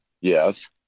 Yes